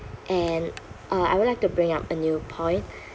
and uh I would like to bring up a new point